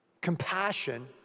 compassion